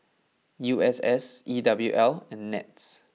U S S E W L and Nets